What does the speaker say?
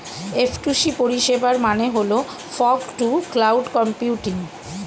F two C পরিষেবার মানে হল ফগ টু ক্লাউড কম্পিউটিং